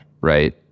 right